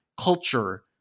culture